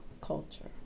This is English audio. Culture